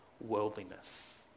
worldliness